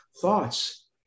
thoughts